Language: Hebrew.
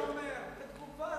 בתקופה הזאת,